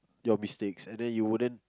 your mistakes and then you wouldn't